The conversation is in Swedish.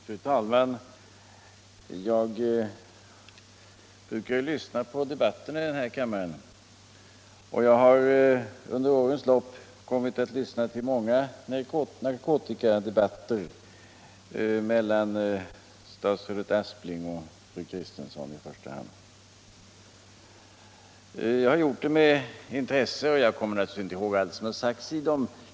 Fru talman! Jag brukar ju lyssna på debatterna i den här kammaren, och jag har under årens lopp kommit att lyssna på många narkotikadebatter mellan statsrådet Aspling och fru Kristensson, i första hand. Det har jag gjort med intresse. Jag kommer naturligtvis inte ihåg allt som sagts i dem.